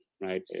right